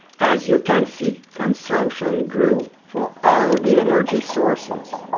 as you can see, consumption grew for all the energy sources.